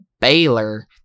Baylor